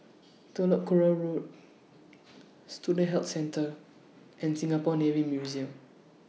Telok Kurau Road Student Health Centre and Singapore Navy Museum